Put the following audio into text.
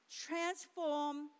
transform